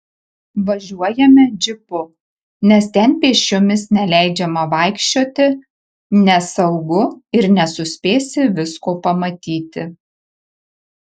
važiuojame džipu nes ten pėsčiomis neleidžiama vaikščioti nesaugu ir nesuspėsi visko pamatyti